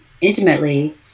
intimately